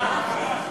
חוק